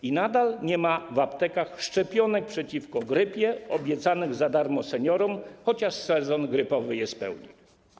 I nadal nie ma w aptekach szczepionek przeciwko grypie, obiecanych za darmo seniorom, chociaż sezon grypowy jest w pełni.